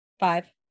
five